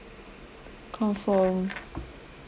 confirm